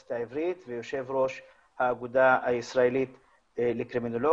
באוניברסיטה העברית ויושב ראש האגודה הישראלית לקרימינולוגיה.